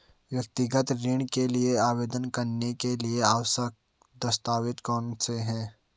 व्यक्तिगत ऋण के लिए आवेदन करने के लिए आवश्यक दस्तावेज़ कौनसे हैं?